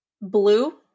blue